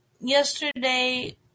yesterday